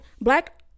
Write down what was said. Black